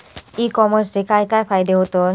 E कॉमर्सचे काय काय फायदे होतत?